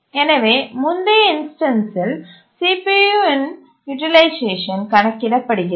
எனவே முந்தைய இன்ஸ்டன்ஸ்சில் CPUஇன் யூட்டிலைசேஷன் கணக்கிட படுகிறது